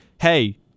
hey